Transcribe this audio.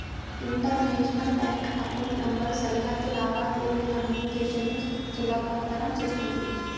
international bank account number సరిహద్దు లావాదేవీల communication ను సులభతరం చేత్తుంది